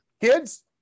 kids